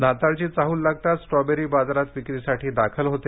नाताळची चाहूल लागताच स्ट्रॉबेरी बाजारात विक्रीसाठी दाखल होते